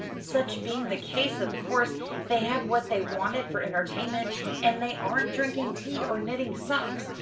such being the case, of course they had what they wanted for entertainment and they aren't drinking tea or knitting socks.